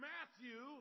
Matthew